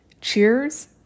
Cheers